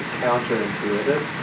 counterintuitive